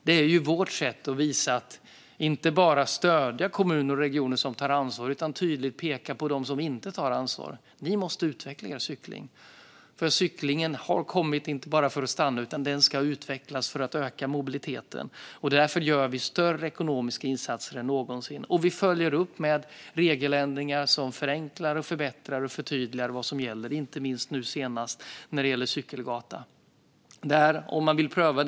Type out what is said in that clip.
Det är vårt sätt att inte bara stödja kommuner och regioner som tar ansvar utan också tydligt peka på dem som inte tar ansvar: Ni måste utveckla er cykling. Cyklingen har inte bara kommit för att stanna - den ska utvecklas för att öka mobiliteten, och därför gör vi större ekonomiska insatser än någonsin. Vi följer upp med regeländringar som förenklar, förbättrar och förtydligar vad som gäller, inte minst nu senast när det gäller cykelgata, som kommuner som vill kan pröva.